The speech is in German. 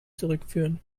zurückführen